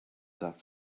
that